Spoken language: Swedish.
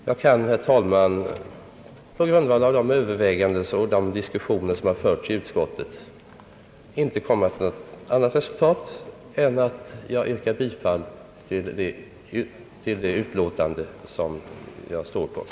Jag kan, herr talman, på grundval av de överväganden och diskussioner som förts i utskottet inte komma till något annat resultat än att yrka bifall till det utlåtande, som jag skrivit under.